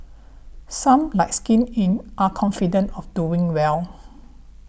some like Skin Inc are confident of doing well